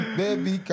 baby